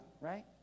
right